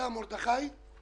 תודה מרדכי כהן.